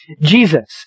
Jesus